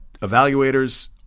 evaluators